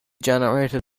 generated